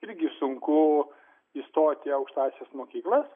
irgi sunku įstoti į aukštąsias mokyklas